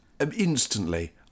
instantly